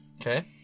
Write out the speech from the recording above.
Okay